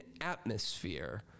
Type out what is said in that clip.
atmosphere